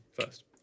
first